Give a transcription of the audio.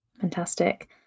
Fantastic